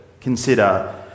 consider